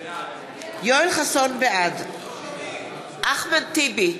בעד אחמד טיבי,